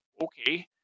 okay